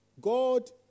God